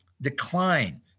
decline